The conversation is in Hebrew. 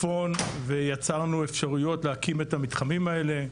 ויצרנו אפשרויות להקים את המתחמים האלה.